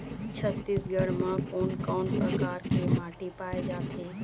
छत्तीसगढ़ म कोन कौन प्रकार के माटी पाए जाथे?